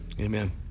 Amen